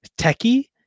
techie